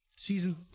Season